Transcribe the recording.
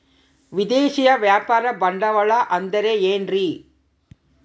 ವಿದೇಶಿಯ ವ್ಯಾಪಾರ ಬಂಡವಾಳ ಅಂದರೆ ಏನ್ರಿ?